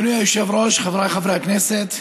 אדוני היושב-ראש, חבריי חברי הכנסת,